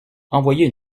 envoyer